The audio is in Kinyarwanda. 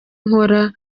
nkora